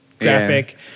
graphic